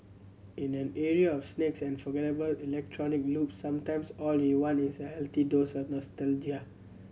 in an era of snakes and forgettable electronic loops sometimes all you want is a healthy dose of nostalgia